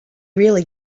really